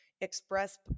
express